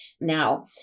now